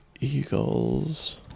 Eagles